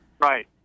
Right